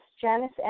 Janice